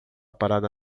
parada